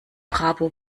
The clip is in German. bravo